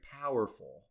powerful